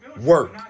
Work